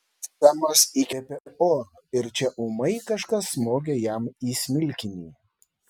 semas įkvėpė oro ir čia ūmai kažkas smogė jam į smilkinį